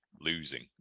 losing